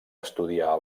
estudiar